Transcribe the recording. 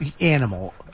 animal